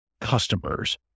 customers